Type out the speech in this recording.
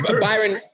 Byron